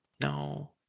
no